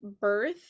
birth